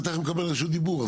אתה תכף מקבל רשות דיבור,